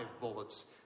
bullets